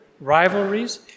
rivalries